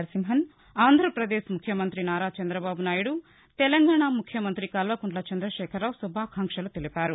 నరసింహన్ ఆంధ్రాప్రదేశ్ ముఖ్యమంత్రి నారా చంద్రబాబు నాయుడు తెలంగాణ ముఖ్యమంత్రి కల్వకుంట్ల చంద్రశేఖర్రావు శుభాకాంక్షలు తెలిపారు